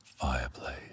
fireplace